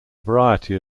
variety